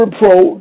reproach